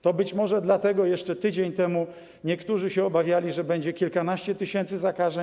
To być może dlatego jeszcze tydzień temu niektórzy się obawiali, że będzie kilkanaście tysięcy zakażeń.